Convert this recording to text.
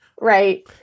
right